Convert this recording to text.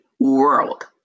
world